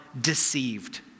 deceived